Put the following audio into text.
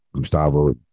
Gustavo